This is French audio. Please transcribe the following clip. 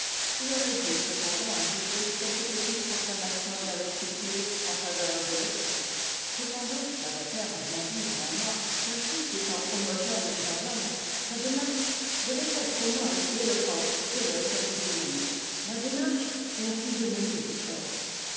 il aurait dû cependant ajouter quelque petite proclamation d'investiture en faveur des médecins cependant lavater a bien dit avant moi que tout étant homogène dans l'homme sa démarche devait être au moins aussi éloquente que l'est sa physionomie la démarche est la physionomie du corps